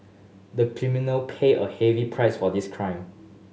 the criminal paid a heavy price for this crime